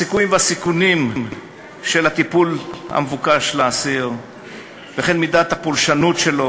הסיכוי והסיכונים של הטיפול המבוקש לאסיר וכן מידת הפולשנות שלו